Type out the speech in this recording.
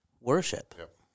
worship